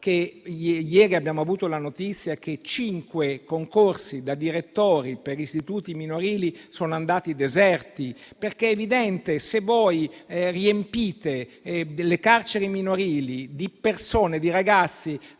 se ieri abbiamo avuto la notizia che cinque concorsi per direttori di istituti minorili sono andati deserti. È evidente che, se riempite le carceri minorili di ragazzi